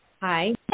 Hi